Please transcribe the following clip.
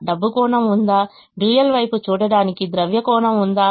డబ్బు కోణండ్యూయల్ వైపు చూడటానికి ద్రవ్య కోణం ఉందా